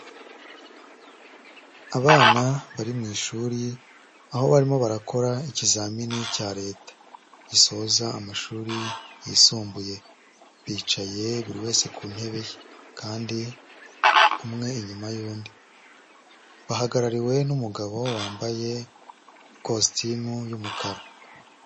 Abana bari mu ishuri aho barimo barakora ikizamini cya Leta gisoza amashuri yisumbuye, bicaye buri wese ku ntebe kandi umwe inyuma y'undi, bahagarariwe n'umugabo wambaye kositimu y'umukara.